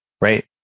right